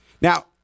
Now